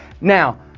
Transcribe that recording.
Now